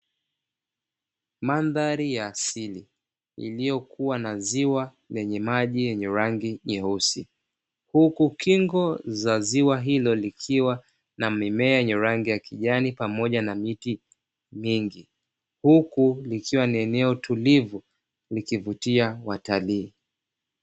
Mandhari ya asili iliyokua na ziwa lenye maji yenye rangi nyeusi, huku kingo za ziwa likiwa na mimea yenye rangi ya kijani pamoja na miti mingi, huku likiwa ni eneo tulivu likivutia watalii